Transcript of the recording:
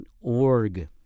org